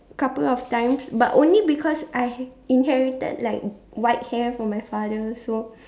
couple of times but only because I inherited like white hair from my father so